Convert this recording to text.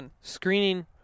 screening